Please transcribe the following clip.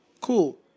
Cool